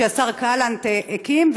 שהשר גלנט הקים,